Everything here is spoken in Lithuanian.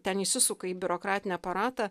ten įsisuka į biurokratinį aparatą